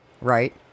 right